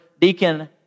deacon